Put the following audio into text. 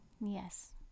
Yes